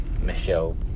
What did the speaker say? Michelle